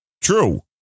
true